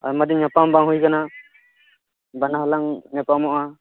ᱟᱭᱢᱟ ᱫᱤᱱ ᱧᱟᱯᱟᱢ ᱵᱟᱝ ᱦᱩᱭ ᱟᱠᱟᱱᱟ ᱵᱟᱱᱟ ᱦᱚᱲ ᱞᱟᱝ ᱧᱟᱯᱟᱢᱚᱜᱼᱟ